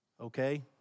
okay